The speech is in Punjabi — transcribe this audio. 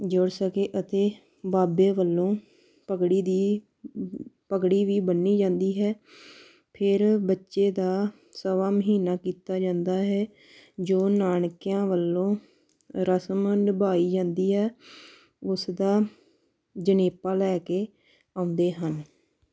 ਜੁੜ ਸਕੇ ਅਤੇ ਬਾਬੇ ਵੱਲੋਂ ਪਗੜੀ ਦੀ ਪਗੜੀ ਵੀ ਬੰਨੀ ਜਾਂਦੀ ਹੈ ਫਿਰ ਬੱਚੇ ਦਾ ਸਵਾ ਮਹੀਨਾ ਕੀਤਾ ਜਾਂਦਾ ਹੈ ਜੋ ਨਾਨਕਿਆਂ ਵੱਲੋਂ ਰਸਮ ਨਿਭਾਈ ਜਾਂਦੀ ਹੈ ਉਸ ਦਾ ਜਣੇਪਾ ਲੈ ਕੇ ਆਉਂਦੇ ਹਨ